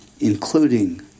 Including